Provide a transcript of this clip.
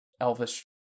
elvish